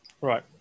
Right